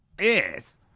Yes